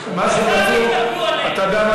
אתה יודע,